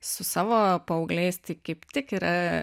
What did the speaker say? su savo paaugliais tai kaip tik yra